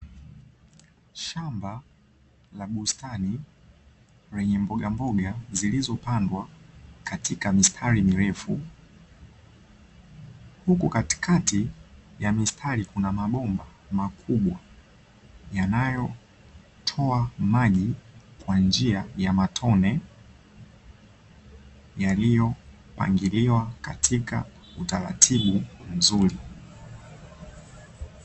Shamba la bustani, lenye mboga mboga zilizopandwa katika mistari mirefu, huku katikati ya mistari kuna mabomba makubwa yanayotoa maji kwa njia ya matone, yaliyopangiliwa katika utaratibu mzuri.